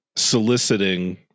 soliciting